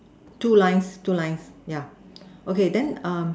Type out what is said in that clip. two lines two lines yeah okay then um